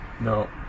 No